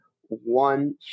one